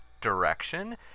direction